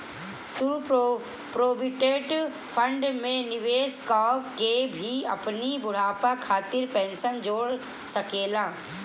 तू provident fund में निवेश कअ के भी अपनी बुढ़ापा खातिर पेंशन जोड़ सकेला